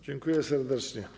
Dziękuję serdecznie.